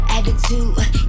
Attitude